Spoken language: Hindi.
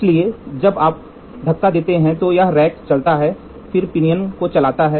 इसलिए जब आप धक्का देते हैं तो यह रैक चलता है फिर पिनियन चलता है